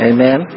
Amen